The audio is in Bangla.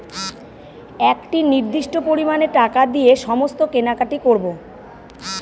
একটি নির্দিষ্ট পরিমানে টাকা দিয়ে সমস্ত কেনাকাটি করবো